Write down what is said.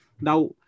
Now